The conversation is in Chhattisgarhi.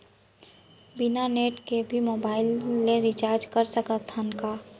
बिना नेट के भी मोबाइल ले रिचार्ज कर सकत हन का?